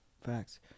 Facts